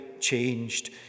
changed